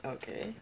okay